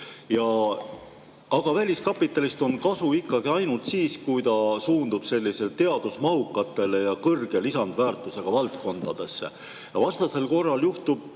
aga väliskapitalist on kasu ikkagi ainult siis, kui see suundub teadusmahukatesse ja kõrge lisandväärtusega valdkondadesse. Vastasel korral juhtub